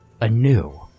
anew